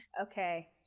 okay